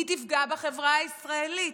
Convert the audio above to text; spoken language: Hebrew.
היא תפגע בחברה הישראלית.